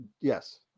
yes